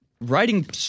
writing